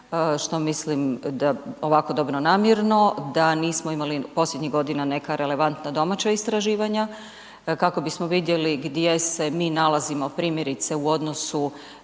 što mislim ovako dobro namjerno da nismo imali posljednjih godina neka relevantna domaća istraživanja kako bismo vidjeli gdje se mi nalazimo primjerice u odnosu,